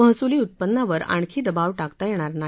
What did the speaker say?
महसुली उत्पन्नावर आणखी दबाव टाकता येणार नाही